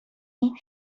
این